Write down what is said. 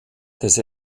des